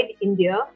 India